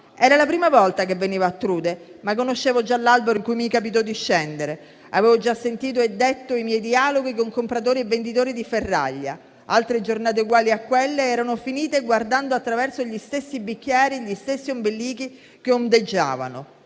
Era la prima volta che venivo a Trude, ma conoscevo già l'albergo in cui mi capitò di scendere; avevo già sentito e detto i miei dialoghi con compratori e venditori di ferraglia; altre giornate uguali a quella erano finite guardando attraverso gli stessi bicchieri gli stessi ombelichi che ondeggiavano.